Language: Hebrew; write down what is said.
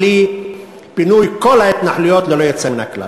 בלי פינוי כל ההתנחלויות ללא יוצא מן הכלל.